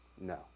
No